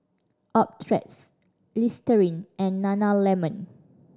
Optrex Listerine and Nana Lemon